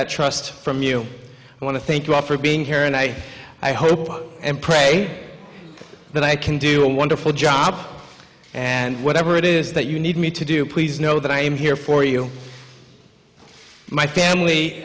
that trust from you want to thank you all for being here and i i hope and pray that i can do a wonderful job and whatever it is that you need me to do please know that i am here for you my family